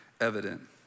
evident